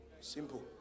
Simple